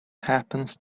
happens